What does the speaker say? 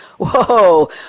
whoa